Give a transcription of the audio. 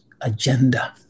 agenda